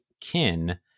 kin